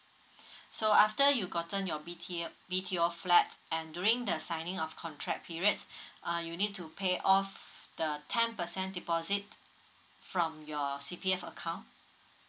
so after you gotten your B_T_O B_T_O flat and during the signing of contract periods uh you need to pay off the ten percent deposit from your C_P_F account